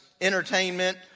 entertainment